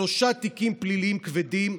שלושה תיקים פליליים כבדים,